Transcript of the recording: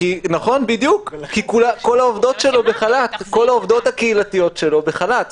בדיוק, כי כל העובדות הקהילתיות שלו בחל"ת.